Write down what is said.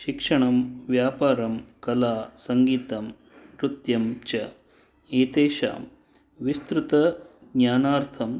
शिक्षणं व्यापारं कला सङ्गीतं नृत्यम् च एतेषां विस्तृतज्ञानार्थं